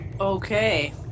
Okay